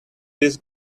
this